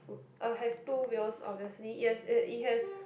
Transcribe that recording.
uh has two wheels obviously yes it it has